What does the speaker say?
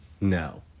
No